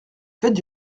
faites